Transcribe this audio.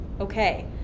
Okay